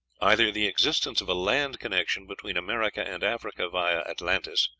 either the existence of a land connection between america and africa via atlantis,